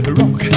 rock